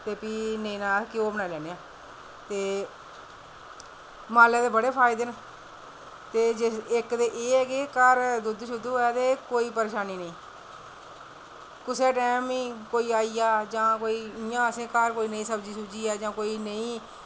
ते भी नहीं तां घ्यो बनाई लैन्ने आं ते मालै दे बड़े फायदे न इक्क ते एह् ऐ कि घर दुद्ध होऐ ते कोई परेशानी नेईं कुसै टाईम ई कोई आई जा जां कोई नेईं